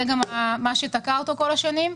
זה גם מה שתקע אותו כל השנים.